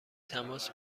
تماس